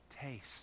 taste